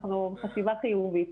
אנחנו בחשיבה חיובית,